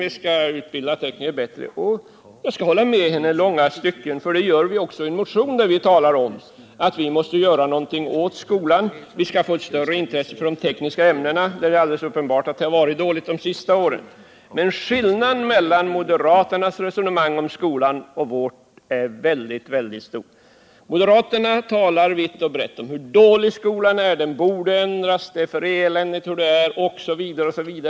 Jag kan hålla med henne i långa stycken — och det gör vi i vår motion också, där vi talar om att vi måste göra någonting åt skolan för att där skapa större intresse för tekniska ämnen. Det är uppenbart att det har varit dåligt med detta under de senaste åren. Men skillnaden mellan moderaternas och vårt resonemang om skolan är väldig. Moderaterna talar vitt och brett om hur dålig skolan är och att den borde ändras, att det är för eländigt, osv. osv.